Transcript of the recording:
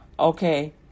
Okay